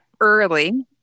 early